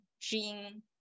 gene